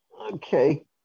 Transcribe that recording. Okay